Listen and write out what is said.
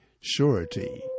surety